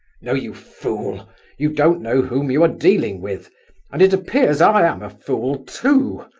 no, you fool you don't know whom you are dealing with and it appears i am a fool, too!